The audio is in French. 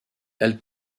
elle